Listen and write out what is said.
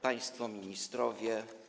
Państwo Ministrowie!